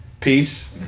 Peace